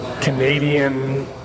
Canadian